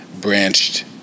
branched